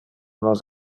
nos